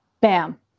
bam